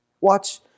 Watch